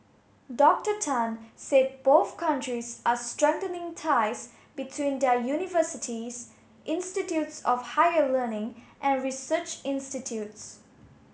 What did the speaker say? Doctor Tan said both countries are strengthening ties between their universities institutes of higher learning and research institutes